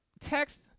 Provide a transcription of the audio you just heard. Text